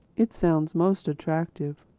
it sounds most attractive.